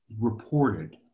reported